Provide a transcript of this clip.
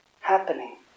happening